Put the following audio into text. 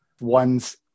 one's